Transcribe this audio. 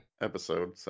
episode